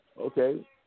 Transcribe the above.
okay